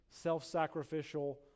self-sacrificial